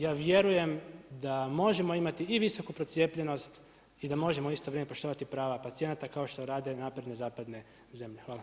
Ja vjerujem da možemo imati i visoku procijepljenost i da možemo u isto vrijeme poštovati prava pacijenata kao što rade napredne zapadne zemlje.